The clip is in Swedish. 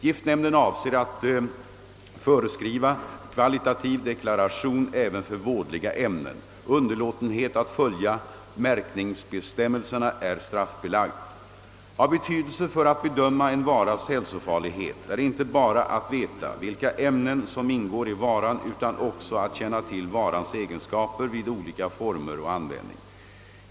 Giftnämnden avser att föreskriva kvalitativ deklaration även för vådliga ämnen. Underlåtenhet att följa märkningsbestämmelserna = är straffbelagd. Av betydelse för att bedöma en varas hälsofarlighet är inte bara att veta vilka ämnen som ingår i varan utan också att känna till varans egenskaper vid olika former av användning.